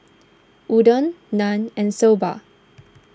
Oden Naan and Soba